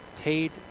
paid